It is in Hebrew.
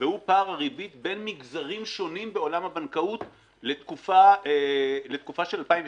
והוא פער הריבית בין מגזרים שונים בעולם הבנקאות לתקופה של 2016,